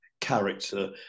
character